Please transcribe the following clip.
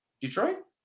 Detroit